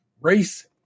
race